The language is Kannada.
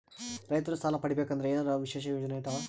ರೈತರು ಸಾಲ ಪಡಿಬೇಕಂದರ ಏನರ ವಿಶೇಷ ಯೋಜನೆ ಇದಾವ?